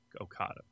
Okada